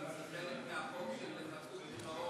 זה חלק מהחוק של חדלות פירעון